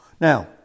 Now